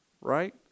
right